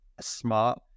smart